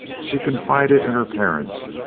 she confided in her parents,